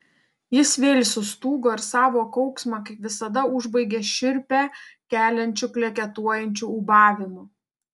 jis vėl sustūgo ir savo kauksmą kaip visada užbaigė šiurpą keliančiu kleketuojančiu ūbavimu